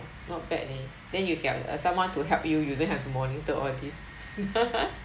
not bad leh then you have uh someone to help you you don't have to monitor all these